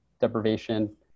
deprivation